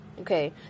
okay